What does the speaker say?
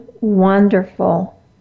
wonderful